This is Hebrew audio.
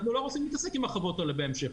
אנחנו לא רוצים להתעסק עם החוות האלה בהמשך.